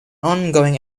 ongoing